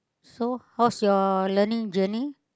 so what's your learning journey